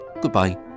goodbye